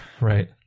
Right